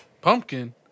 Pumpkin